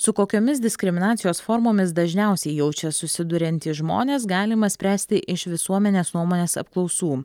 su kokiomis diskriminacijos formomis dažniausiai jaučia susiduriantys žmonės galima spręsti iš visuomenės nuomonės apklausų